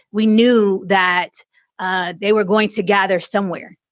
we knew that ah they were going to gather somewhere.